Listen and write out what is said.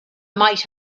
might